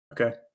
Okay